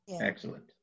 excellent